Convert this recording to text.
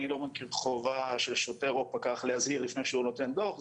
אני לא מכיר חובה של שוטר או פקח להזהיר לפני שהוא נותן דוח,